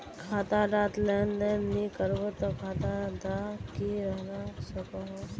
खाता डात लेन देन नि करबो ते खाता दा की रहना सकोहो?